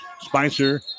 Spicer